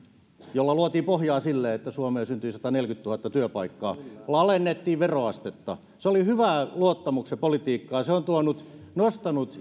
joilla luotiin pohjaa sille että suomeen syntyi sataneljäkymmentätuhatta työpaikkaa alensimme veroastetta se oli hyvää luottamuksen politiikkaa ja se on nostanut